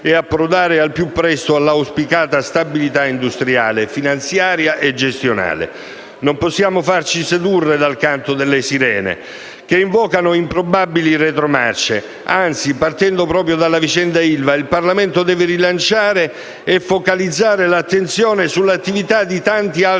e approdare al più presto all'auspicata stabilità industriale, finanziaria e gestionale. Non possiamo farci sedurre dal canto delle sirene che invocano improbabili retromarce. Anzi, partendo proprio dalla vicenda ILVA, il Parlamento deve rilanciare e focalizzare l'attenzione sull'attività di tanti altri